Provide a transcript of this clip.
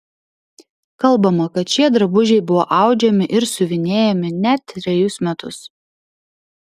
kalbama kad šie drabužiai buvo audžiami ir siuvinėjami net trejus metus